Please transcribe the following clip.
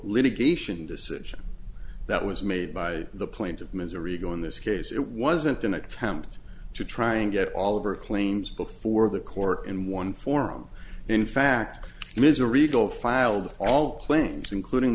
litigation decision that was made by the plains of missouri go in this case it wasn't an attempt to try and get all of our claims before the court in one form in fact misery go filed all claims including